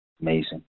Amazing